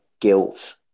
guilt